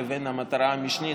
לבין המטרה המשנית,